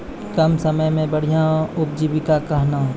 कम समय मे बढ़िया उपजीविका कहना?